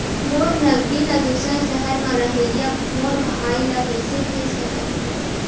मोर नगदी ला दूसर सहर म रहइया मोर भाई ला कइसे भेज सकत हव?